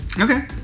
Okay